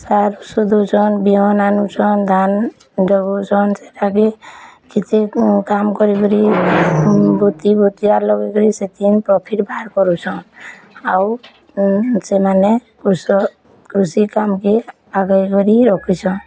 sir ଔଷଧ ଦେଉଛନ୍ ବିହନ୍ ଆନୁଛନ୍ ଧାନ୍ ଜଗାଉଛନ୍ ସେଟାକେ କେତେ କାମ୍ କରି କରି ବୋତି ବୋତିଆ ଲଗାଇ କରି ସେଥିରେ ପ୍ରଫିଟ୍ ବାହାର୍ କରୁଛନ୍ ଆଉ ସେମାନେ କୃଷି କାମ୍କେ ଆଗେଇ କରି ରଖୁଛନ୍